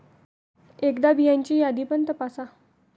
एकदा बियांची यादी पण तपासा